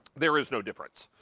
there is no difference,